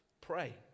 pray